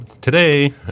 Today